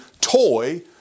toy